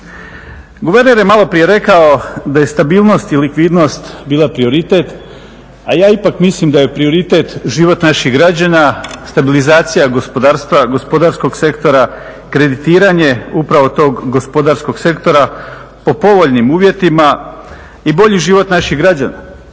Guverner je maloprije rekao da je stabilnost i likvidnost bila prioritet, a ja ipak mislim da je prioritet život naših građana, stabilizacija gospodarstva, gospodarskog sektora, kreditiranje upravo tog gospodarskog sektora po povoljnim uvjetima i bolji život naših građana.